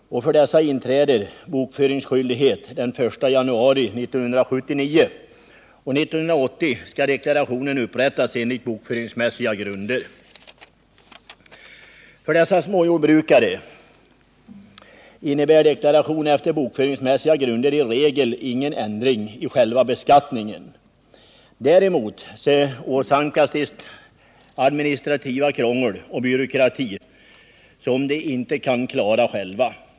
För dessa inträder bokföringsskyldighet den 1 januari 1979, och 1980 skall deklarationen upprättas enligt bokföringsmässiga grunder. För dessa småjordbrukare innebär deklaration efter bokföringsmässiga grunder i regel ingen ändring i själva beskattningen. Däremot åsamkas de besvär genom administrativt krångel och byråkrati som de inte kan klara själva.